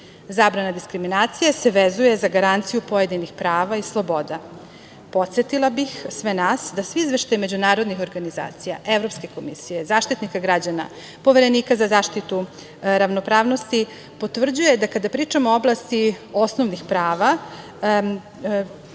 diskriminacije se vezuje za garanciju pojedinih prava i sloboda. Podsetila bih sve nas da svi izveštaji međunarodnih organizacija, Evropske komisije, Zaštitnika građana, Poverenika za zaštitu ravnopravnosti, potvrđuje da kada pričamo o oblasti osnovnih prava,